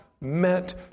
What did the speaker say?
Meant